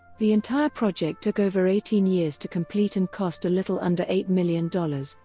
the entire project took over eighteen years to complete and cost a little under eight million dollars,